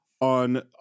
On